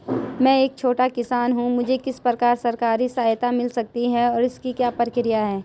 मैं एक छोटा किसान हूँ मुझे किस प्रकार की सरकारी सहायता मिल सकती है और इसकी क्या प्रक्रिया है?